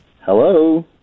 Hello